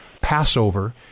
Passover